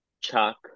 Chuck